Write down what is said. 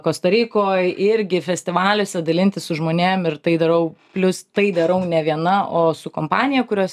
kosta rikoj irgi festivaliuose dalintis su žmonėm ir tai darau plius tai darau ne viena o su kompanija kurios